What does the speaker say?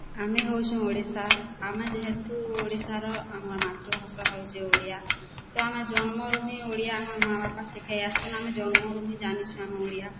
ଆମେ ହଉଚୁଁ ଓଡ଼ିଶାର୍ ଆମେ ଯେହେତୁ ଓଡ଼ିଶାର ଆମର୍ ମାତୃଭାଷା ହଉଛେ ଓଡ଼ିଆ ତ ଆମ ଜନ୍ମରୁ ହିଁ ଓଡ଼ିଆ ଆମର୍ ମା' ବାପା ଶିଖେଇ ଆସିଛନ୍ ଆମେ ଜନ୍ମରୁ ହିଁ ଜାନିଚୁଁ ଆମେ ଓଡ଼ିଆ